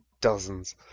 dozens